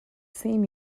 same